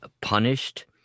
punished